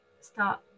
start